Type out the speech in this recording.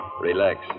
Relax